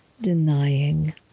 denying